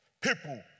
people